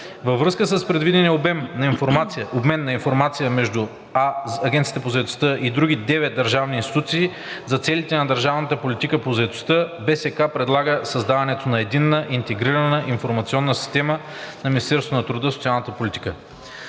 Във връзка с предвидения обмен на информация между Агенцията по заетостта и други девет държавни институции за целите на държавната политика по заетостта БСК предлага създаването на единна интегрирана информационна система на Министерството на труда и социалната политика;